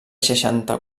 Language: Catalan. seixanta